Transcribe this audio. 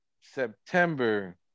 September